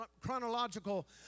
chronological